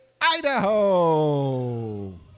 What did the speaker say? Idaho